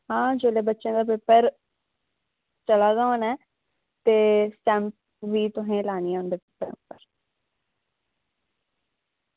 आं जेल्लै बच्चे दा पेपर चला दा होना ऐ ते स्टैम्प तुसें लानी अंदर